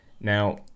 Now